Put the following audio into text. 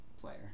player